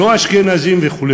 לא אשכנזים וכו'